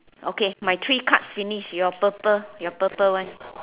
okay my three cups finish your purple your purple one